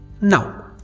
Now